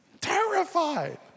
terrified